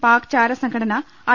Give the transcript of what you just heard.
പാക് ചാരസംഘടന ഐ